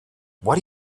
what